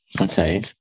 Okay